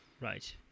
Right